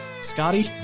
Scotty